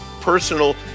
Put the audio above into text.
personal